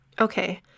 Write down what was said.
Okay